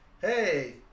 hey